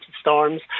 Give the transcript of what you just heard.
storms